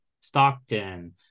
Stockton